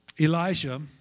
Elijah